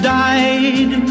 died